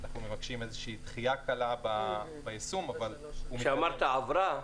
אנחנו מבקשים איזו דחייה קלה ביישום -- כשאמרת "עברה",